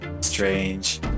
Strange